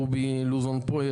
רובי לוזון פה,